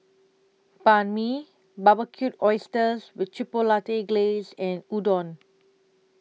Banh MI Barbecued Oysters with Chipotle Glaze and Udon